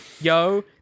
yo